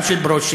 גם של ברושי,